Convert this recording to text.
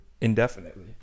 indefinitely